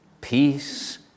peace